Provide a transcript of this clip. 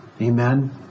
Amen